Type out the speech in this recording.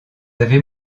avez